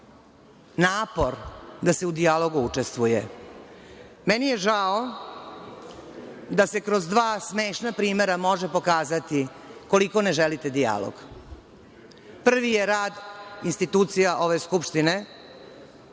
napor da se u dijalogu učestvuje. Meni je žao da se kroz dva smešna primera može pokazati koliko ne želite dijalog. Prvi je rad institucija ove Skupštine